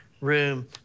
room